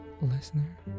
listener